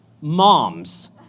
Moms